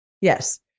Yes